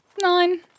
Nine